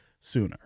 sooner